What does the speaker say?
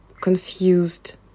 confused